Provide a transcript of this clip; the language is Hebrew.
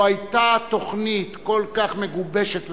לא היתה תוכנית כל כך מגובשת וטובה,